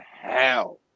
hell